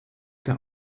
der